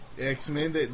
X-Men